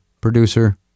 producer